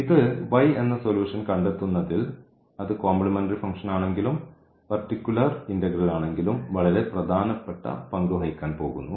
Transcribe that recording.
ഇത് എന്ന സൊലൂഷൻ കണ്ടെത്തുന്നതിൽ അത് കോംപ്ലിമെന്ററി ഫംഗ്ഷൻ ആണെങ്കിലും പർട്ടിക്കുലർ ഇന്റഗ്രൽ ആണെങ്കിലും വളരെ പ്രധാനപ്പെട്ട പങ്ക് വഹിക്കാൻ പോകുന്നു